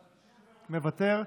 מוותר,